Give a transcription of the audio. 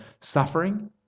Suffering